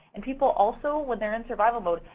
and people also, when they're in survival mode,